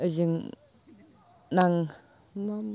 जों नां मा